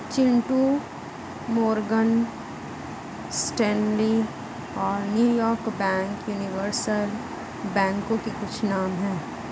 Chintu Morgan Stanley और New York bank universal बैंकों के कुछ नाम है